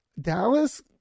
Dallas